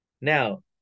Now